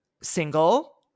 Single